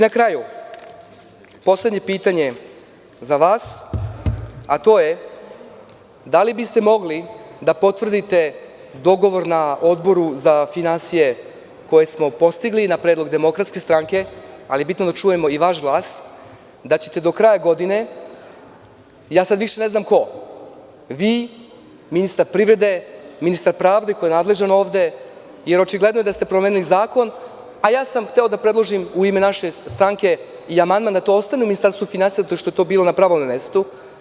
Na kraju, poslednje pitanje za vas je – da li biste mogli da potvrdite dogovor na Odboru za finansije, koji smo postigli na predlog DS, ali bitno je da čujemo i vaš glas da ćete do kraja godine, ne znam ko više, vi, ministar privrede, ministar pravde koji je ovde nadležan, jer očigledno je da ste promenili zakon a hteo sam da predložim u ime naše stranke i amandman da to ostane u Ministarstvu finansija zato što je to bilo pravo mesto.